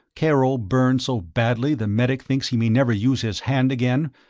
karol burned so badly the medic thinks he may never use his hand again,